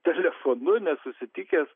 telefonu nesusitikęs